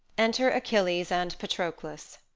enter achilles and patroclus